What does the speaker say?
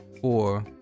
four